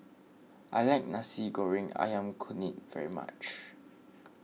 I like Nasi Goreng Ayam Kunyit very much